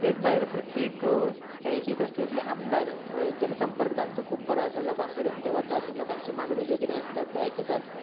तेच भायर प्रत्येक चाळीसूय कंन्स्टीट्युयेंसीतले आमदार जनसंपर्क तांचो खूब बरो आसा लोकां कडेन ते वतात लोकांच्यो मागण्यो ज्यो कितें आसतात त्यो आयकतात